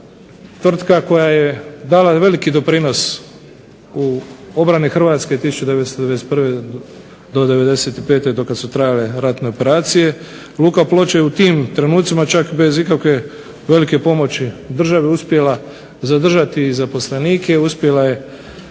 tvrtka koja je dala veliki doprinos u obrani Hrvatske od 1991. do 95. kada su trajale ratne operacije, luka Ploče je u tim trenucima bez ikakve velike pomoći države uspjela zadržati zaposlenike, uspjela je